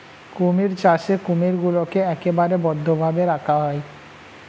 কুমির চাষে কুমিরগুলোকে একেবারে বদ্ধ ভাবে রাখা হয়